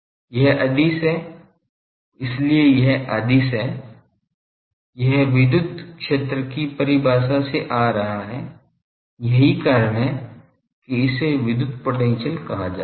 यह अदिश है इसीलिए यह अदिश है यह विद्युत क्षेत्र की परिभाषा से आ रहा है यही कारण है कि इसे विद्युत पोटेंशियल कहा जाता है